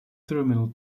terminal